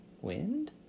wind